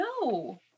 No